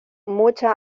mucha